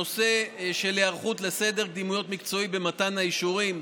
הנושא של היערכות לסדר קדימויות מקצועי במתן האישורים,